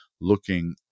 looking